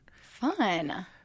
Fun